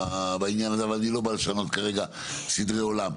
אבל אני לא בא לשנות כרגע סדרי עולם.